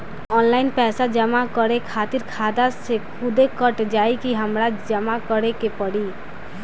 Online पैसा जमा करे खातिर खाता से खुदे कट जाई कि हमरा जमा करें के पड़ी?